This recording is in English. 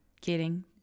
kidding